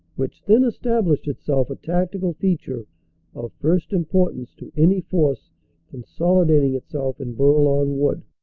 which then established itself a tactical feature of first importance to any force consolidating itself in bourlon wood.